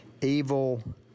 evil